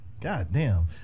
Goddamn